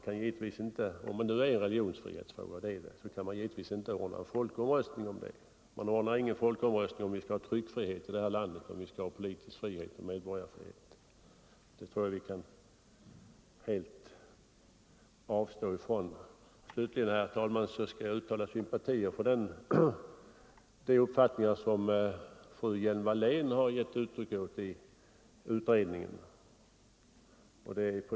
Om detta är en religionsfrihetsfråga, och det är det, så kan man givetvis inte ha någon folkomröstning. Man ordnar ingen folkomröstning om tryckfrihet, politisk frihet och medborgarfrihet i det här landet. Det kan vi helt utesluta. Slutligen, herr talman, vill jag uttala sympati för de uppfattningar som fru Hjelm-Wallén givit uttryck åt i utredningen.